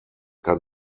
kann